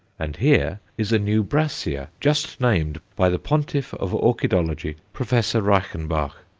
and here is a new brassia just named by the pontiff of orchidology, professor reichenbach.